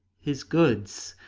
his goods,